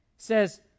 says